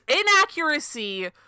inaccuracy